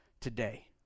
today